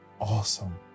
awesome